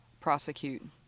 prosecute